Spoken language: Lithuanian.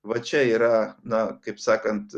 va čia yra na kaip sakant